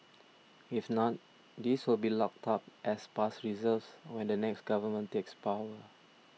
if not these will be locked up as past reserves when the next government takes power